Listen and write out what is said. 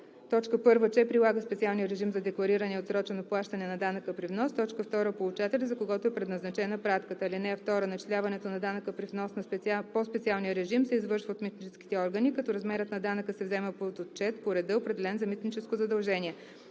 посочва: 1. че прилага специалния режим за деклариране и отсрочено плащане на данъка при внос; 2. получателя, за когото е предназначена пратката. (2) Начисляването на данъка при внос по специалния режим се извършва от митническите органи, като размерът на данъка се взема под отчет по реда, определен за митническото задължение.